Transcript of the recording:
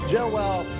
Joel